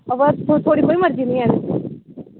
हां बा थोआड़ी कोई मर्जी निं ऐ